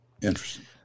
interesting